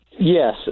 yes